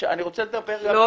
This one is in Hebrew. אני רוצה לדבר גם על --- לא,